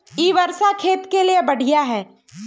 इ वर्षा खेत के लिए बढ़िया है?